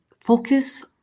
focus